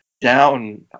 down